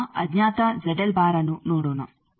ಈಗ ಅಜ್ಞಾತ ಅನ್ನು ನೋಡೋಣ